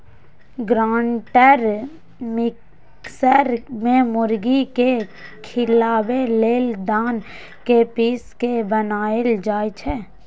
grinder mixer में मुर्गी के खियाबे लेल दना के पिस के बनाएल जाइ छइ